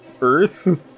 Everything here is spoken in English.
earth